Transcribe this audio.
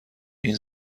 این